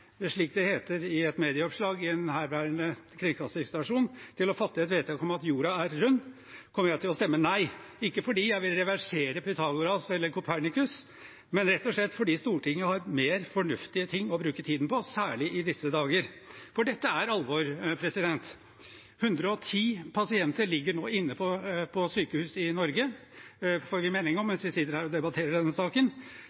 slik det heter i et medieoppslag i en herværende kringkastingsstasjon, til å fatte et vedtak om at jorden er rund, kommer jeg til å stemme nei – ikke fordi jeg vil reversere Pythagoras eller Kopernikus, men rett og slett fordi Stortinget har mer fornuftige ting å bruke tiden på, særlig i disse dager. For dette er alvor. 110 pasienter ligger nå på sykehus i Norge, får vi melding om